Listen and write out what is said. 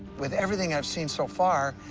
with everything i've seen so far,